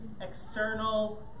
external